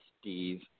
Steve